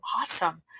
awesome